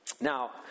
now